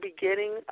beginning